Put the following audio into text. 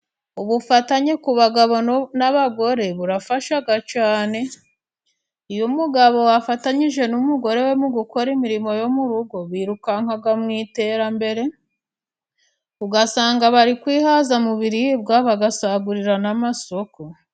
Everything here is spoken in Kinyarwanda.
Ubufatanye ku bagabo n'abagore burafashaga cyane iyo umugabo afatanyije n'umugore we mugukora imirimo yo mu rugo birukankaga mu iterambere ugasanga bari kwihaza mu biribwa bagasagurira namasoko.